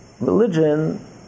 Religion